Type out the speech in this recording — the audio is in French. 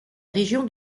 région